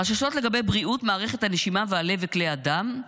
חששות לגבי בריאות מערכת הנשימה והלב וכלי הדם,